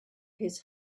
his